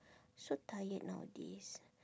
so tired nowadays